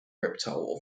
reptile